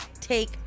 take